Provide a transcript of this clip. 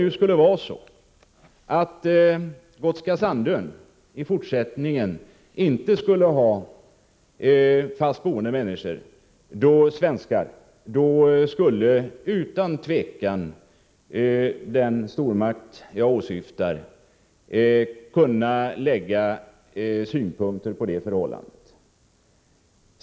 Om Gotska Sandön i fortsättningen inte skulle ha fast boende svenskar skulle den stormakt jag åsyftar utan tvivel kunna anlägga synpunkter på det förhållandet.